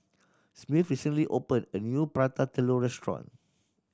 Smith recently opened a new Prata Telur restaurant